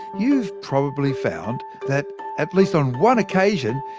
you've probably found that at least on one occasion,